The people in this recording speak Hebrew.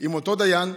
עם אותו דיין,